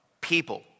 People